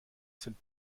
sind